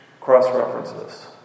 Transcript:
cross-references